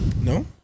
No